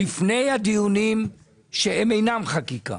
לפני הדיונים שאינם חקיקה